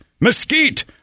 mesquite